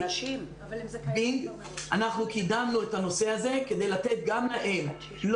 אנחנו קידמנו את הנושא הזה כדי לתת להם לא